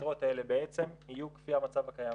היתרות האלה בעצם יהיו כפי המצב הקיים,